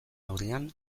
aurrean